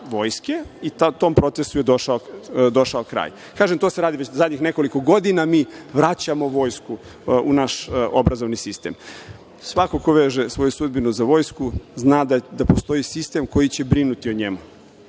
i tom procesu je došao kraj. To se radi već zadnjih nekoliko godina, mi vraćamo vojsku u naš obrazovni sistem. Svako ko veže svoju sudbinu za vojsku, zna da postoji sistem koji će brinuti o njemu.